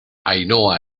ainhoa